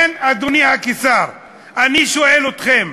לרמוס ולזרוק את כל החוקים וחוקי-היסוד במשטר שאמור להיות דמוקרטי,